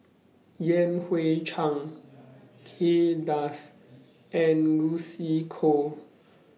Yan Hui Chang Kay Das and Lucy Koh